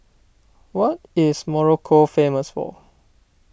what is Morocco famous for